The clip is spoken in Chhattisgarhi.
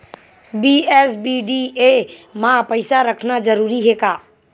बी.एस.बी.डी.ए मा पईसा रखना जरूरी हे का?